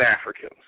Africans